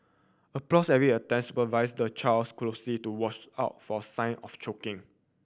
applause every attempts supervise the child's closely to watch out for sign of choking